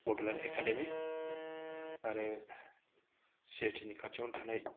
Bodoland academy आरो CIT नि खाथियावनो थानाय